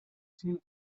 seems